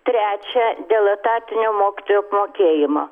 trečią dėl etatinio mokytojų apmokėjimo